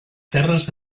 terres